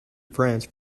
france